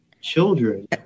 children